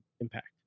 impact